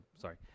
sorry